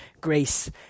grace